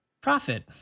profit